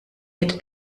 hätte